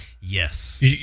Yes